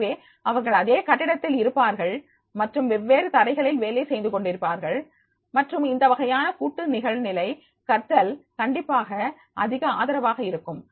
எனவே அவர்கள் அதே கட்டிடத்தில் இருப்பார்கள் மற்றும் வெவ்வேறு தரைகளில் வேலை செய்து கொண்டிருப்பார்கள் மற்றும் இந்த வகையான கூட்டு நிகழ்நிலை கற்றல் கண்டிப்பாக அதிக ஆதரவாக இருக்கும்